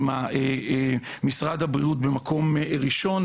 עם משרד הבריאות במקום ראשון,